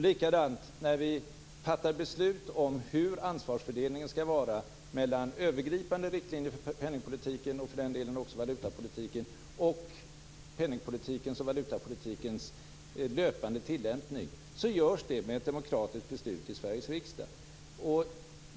Likadant: När vi fattar beslut om hur ansvarsfördelningen skall vara mellan övergripande riktlinjer för penning och valutapolitiken och dess löpande tilllämpning görs det med ett demokratiskt beslut i Sveriges riksdag.